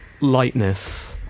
lightness